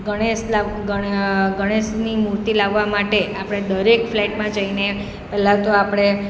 ગણેશ લા ગણેશની મૂર્તિ લાવવા માટે આપણે દરેક ફ્લેટમાં જઈને પહેલાં તો આપણે